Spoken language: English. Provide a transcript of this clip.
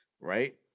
right